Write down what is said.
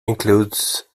includes